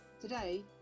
Today